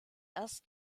erst